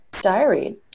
diary